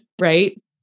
right